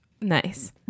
Nice